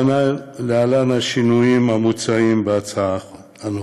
להלן השינויים המוצעים בהצעה הנוכחית: